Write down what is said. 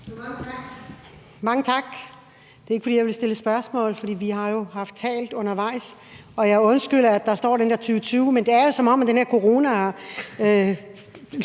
Mange tak. Det er ikke, fordi jeg vil stille spørgsmål, for vi har jo haft talt undervejs. Og jeg undskylder, at der står 2020, men det er jo, som om den her corona